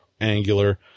angular